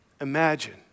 Imagine